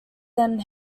then